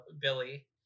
Billy